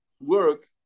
work